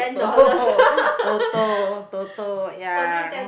toto toto ya